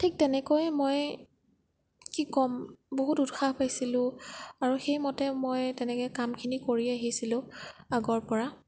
ঠিক তেনেকৈ মই কি ক'ম বহুত উৎসাহ পাইছিলোঁ আৰু সেইমতে মই তেনেকৈ কাম খিনি কৰি আহিছিলোঁ আগৰ পৰা